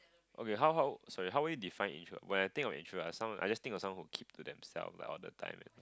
okay how how sorry how will you define introvert when I think of introvert I sound I just think of someone who keep to themselves like all the time